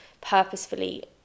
purposefully